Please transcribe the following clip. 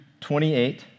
28